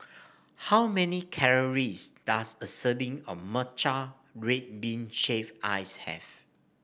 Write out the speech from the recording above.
how many calories does a serving of Matcha Red Bean Shaved Ice have